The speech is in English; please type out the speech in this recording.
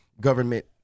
government